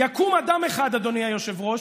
יקום אדם אחד, אדוני היושב-ראש,